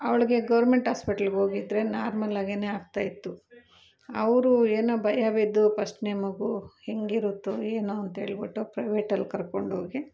ಅವಳಿಗೆ ಗೋರ್ಮೆಂಟ್ ಹಾಸ್ಪಿಟ್ಲಿಗೆ ಹೋಗಿದ್ರೆ ನಾರ್ಮಲ್ ಆಗಿನೆ ಆಗ್ತಾ ಇತ್ತು ಅವರು ಏನೊ ಭಯ ಬಿದ್ದು ಫಷ್ಟ್ನೆ ಮಗು ಹೆಂಗಿರುತ್ತೊ ಏನೊ ಅಂತ ಹೇಳ್ಬಿಟ್ಟು ಪ್ರೈವೇಟಲ್ಲಿ ಕರ್ಕೊಂಡು ಹೋಗಿ